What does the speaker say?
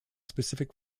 specific